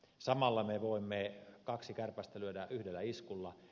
samalla me voimme kaksi kärpästä lyödä yhdellä iskulla